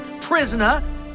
prisoner